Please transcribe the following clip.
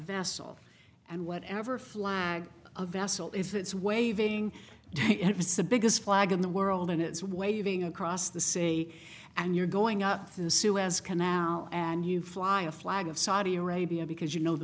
vassal and whatever flag a vessel is it's waving it was the biggest flag in the world and it's waving across the say and you're going up the suez canal and you fly a flag of saudi arabia because you